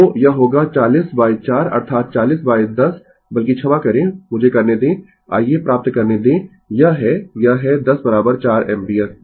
तो यह होगा 404 अर्थात 4010 बल्कि क्षमा करें मुझे करने दें आइये प्राप्त करने दें यह है यह है 10 4 एम्पीयर